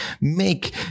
make